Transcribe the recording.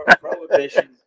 Prohibition